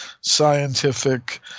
scientific